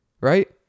right